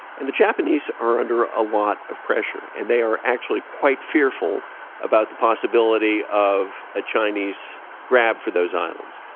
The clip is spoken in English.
and the japanese are under a lot of pressure, and they are actually quite fearful about the possibility of a chinese grab for those islands.